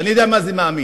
ואני יודע מה זה מאמין.